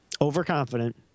Overconfident